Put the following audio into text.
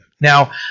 Now